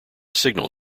signal